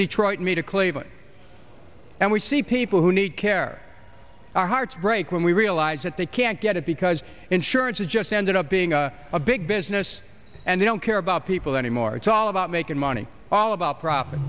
detroit me to cleveland and we see people who need care our hearts break when we realize that they can't get it because insurance has just ended up being a big business and they don't care about people anymore it's all about making money all about profit